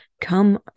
come